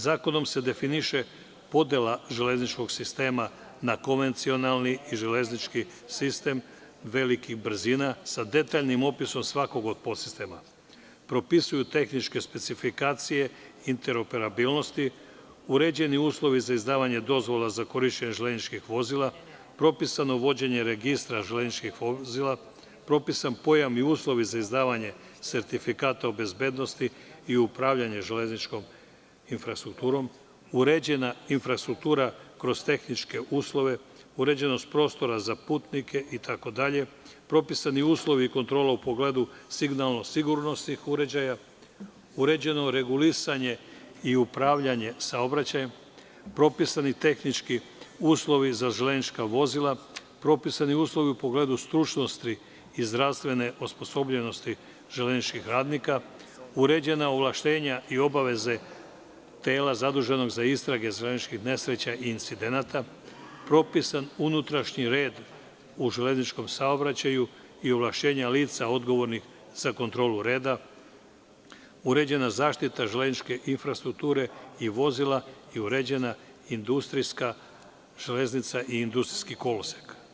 Zakonom se definiše podela železničkog sistema na konvencionalni i železnički sistem velikih brzina sa detaljnim opisom svakog od podsistema, propisuje tehničke specifikacije interoperabilnosti, uređuje uslove za izdavanje dozvola za korišćenje železničkih vozila, propisano je vođenje registra železničkih vozila, propisan je pojam i uslovi za izdavanje sertifikata o bezbednosti i upravljanje železničkom infrastrukturom, uređena je infrastruktura kroz tehničke uslove, uređenost prostora za putnike itd, propisani uslovi kontrole u pogledu signalno sigurnosnih uređaja, uređeno je regulisanje i upravljanje saobraćajem, propisani su tehnički uslovi za železnička vozila, propisani su uslovi u pogledu stručnosti i zdravstvene osposobljenosti železničkih radnika, uređena su ovlašćenja i obaveze tela zaduženog za istrage železničkih nesreća i incidenata, propisan je unutrašnji red u železničkom saobraćaju i ovlašćenja lica odgovornih za kontrolu reda, uređena je zaštita železničke infrastrukture i vozila i uređena je industrijska železnica i industrijski kolosek.